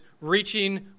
reaching